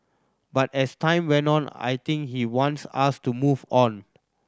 but as time went on I think he wants us to move on